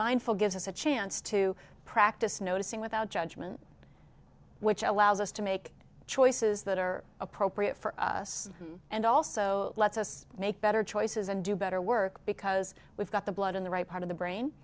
mindful gives us a chance to practice noticing without judgment which allows us to make choices that are appropriate for us and also lets us make better choices and do better work because we've got the blood in the right part of the brain